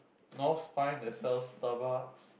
North Spine that sells Starbucks